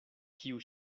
kiu